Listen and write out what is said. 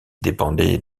dépendait